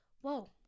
whoa